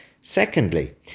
Secondly